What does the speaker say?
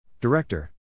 Director